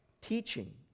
teaching